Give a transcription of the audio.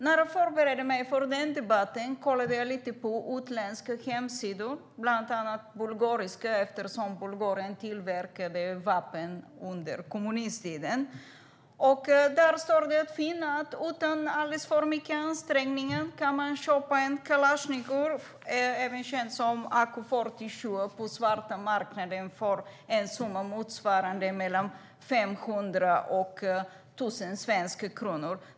När jag förberedde mig inför den här debatten kollade jag lite på utländska hemsidor, bland annat på bulgariska sidor eftersom Bulgarien tillverkade vapen under kommunisttiden. Där står det att finna att man utan alltför stor ansträngning kan köpa en kalasjnikov, även känd som AK47:a, på svarta marknaden för en summa motsvarande mellan 500 och 1 000 svenska kronor.